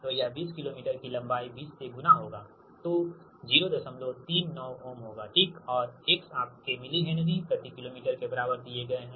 तो यह 20 किलोमीटर की लंबाई 20 से गुणा होगा तो 039 Ωओम होगा ठीकऔर x आपके मिली हेनरी प्रति किलोमीटर के बराबर दिए गए है है